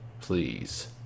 Please